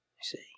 see